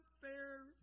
fair